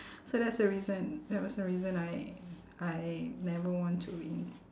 so that's the reason that was the reason I I never want to in~